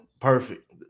perfect